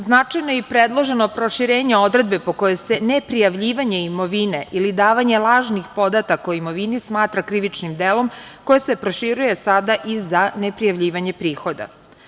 Značajno je predloženo proširenje odredbe po kojoj se ne prijavljivanje imovine ili davanje lažnih podataka o imovini smatra krivičnim delom koje se proširuje sada i za neprijavljivanje prihoda.